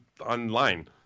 online